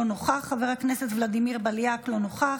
אינו נוכח, חבר הכנסת ולדימיר בליאק, אינו נוכח,